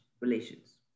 relations